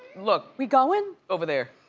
look. we going? over there?